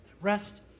Rest